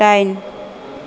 दाइन